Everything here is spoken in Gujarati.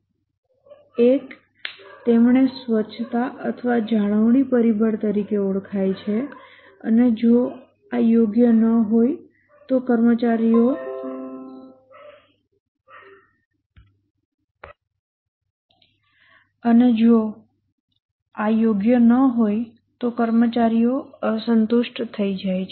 એક તેમણે સ્વચ્છતા અથવા જાળવણી પરિબળ તરીકે ઓળખાય છે અને જો આ યોગ્ય ન હોય તો કર્મચારીઓ અસંતુષ્ટ થઈ જાય છે